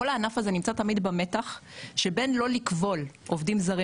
כל הענף הזה נמצא תמיד במתח שבין לא לכבול עובדים זרים